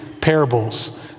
parables